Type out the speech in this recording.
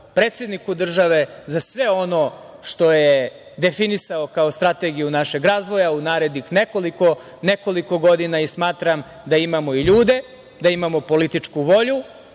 predsedniku države za sve ono što je definisao kao strategiju našeg razvoja u narednih nekoliko godina i smatram da imamo i ljude, da imamo političku volju